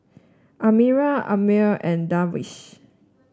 Amirah Ammir and Darwish